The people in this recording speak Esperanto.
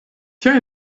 tia